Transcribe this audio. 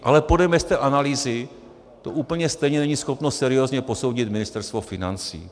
Ale podle mě z té analýzy to úplně stejně není schopno seriózně posoudit Ministerstvo financí.